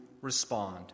respond